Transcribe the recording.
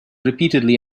repeatedly